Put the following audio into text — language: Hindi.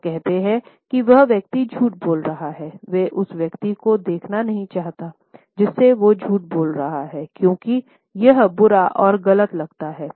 तो कहते हैं कि वह व्यक्ति झूठ बोल रहा हैं वे उस व्यक्ति को देखना नहीं चाहता जिससे वो झूठ बोल रहा है क्योंकि यह बुरा और गलत लगता है